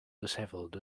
dishevelled